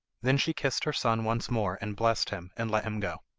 then she kissed her son once more, and blessed him, and let him go.